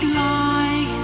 lie